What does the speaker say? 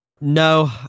No